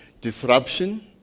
disruption